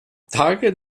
tage